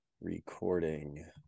recording